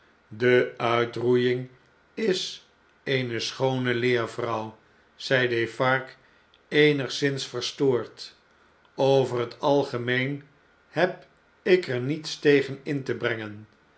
de uitroeiing is eene schoone leer vrouw zei defarge eenigszins verstoord over het algemeen heb ik er niets tegen in te brengen